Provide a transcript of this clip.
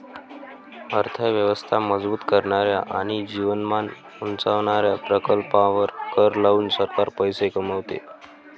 अर्थ व्यवस्था मजबूत करणाऱ्या आणि जीवनमान उंचावणाऱ्या प्रकल्पांवर कर लावून सरकार पैसे कमवते